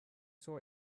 saw